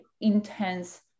intense